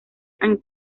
and